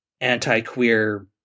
anti-queer